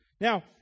Now